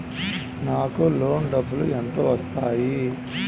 నాకు లోన్ డబ్బులు ఎంత వస్తాయి?